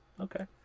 Okay